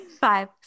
Five